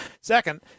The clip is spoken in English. Second